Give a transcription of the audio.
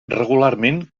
regularment